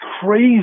crazy